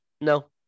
no